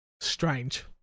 Strange